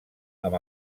amb